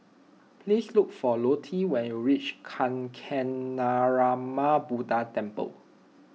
please look for Lottie when you reach Kancanarama Buddha Temple